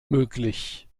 möglich